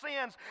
sins